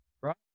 right